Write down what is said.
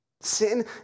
Sin